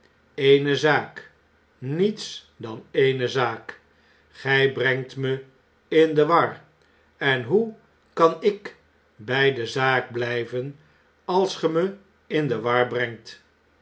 eene zaak niets dan eene zaak gij brengt me in de war en hoe kan ik by de zaak blijven als gij me in de war brengt